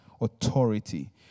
authority